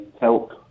help